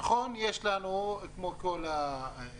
נכון, יש לנו כמו כל האזרחים